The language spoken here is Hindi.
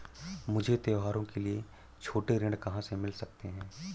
मुझे त्योहारों के लिए छोटे ऋण कहाँ से मिल सकते हैं?